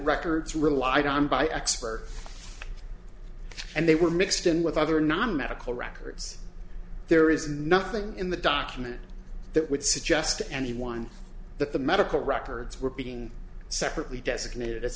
records relied on by expert and they were mixed in with other non medical records there is nothing in the document that would suggest to anyone that the medical records were being separately designated as